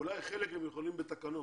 אולי חלק הם יכולים בתקנות.